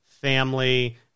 family